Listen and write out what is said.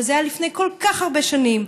אבל זה היה לפני כל כך הרבה שנים,